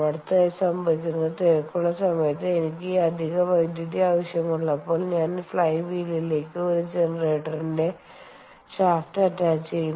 അടുത്തതായി സംഭവിക്കുന്നത് തിരക്കുള്ള സമയത്താണ് എനിക്ക് ഈ അധിക വൈദ്യുതി ആവശ്യമുള്ളപ്പോൾ ഞാൻ ഈ ഫ്ലൈ വീലിലേക്ക് ഒരു ജനറേറ്ററിന്റെ ഷാഫ്റ്റ് അറ്റാച്ചുചെയ്യുന്നു